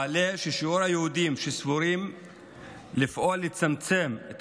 מעלים ששיעור היהודים שסבורים שיש לפעול לצמצם את